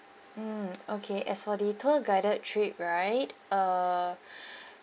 mm okay as for the tour guided trip right uh